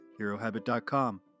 HeroHabit.com